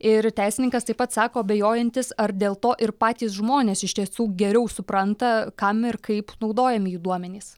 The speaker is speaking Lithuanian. ir teisininkas taip pat sako abejojantis ar dėl to ir patys žmonės iš tiesų geriau supranta kam ir kaip naudojami jų duomenys